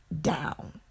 down